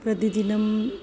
प्रतिदिनम्